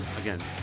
again